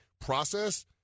process